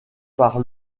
par